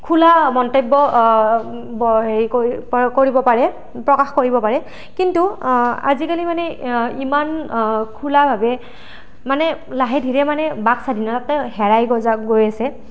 খোলা মন্তব্য ব হেৰি কৰি কৰিব পাৰে প্ৰকাশ কৰিব পাৰে কিন্তু আজিকালি মানে ইমান খোলা ভাৱে মানে লাহে ধীৰে মানে বাক স্বাধীনতাটো হেৰাই গৈ আছে